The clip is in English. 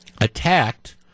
attacked